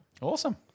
Awesome